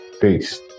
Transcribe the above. peace